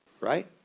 Right